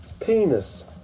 penis